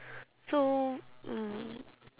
so mm